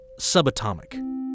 subatomic